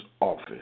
office